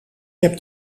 heb